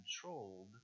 controlled